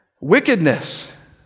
Wickedness